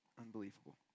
Unbelievable